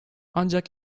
ancak